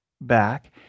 back